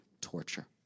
torture